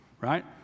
right